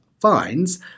finds